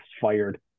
fired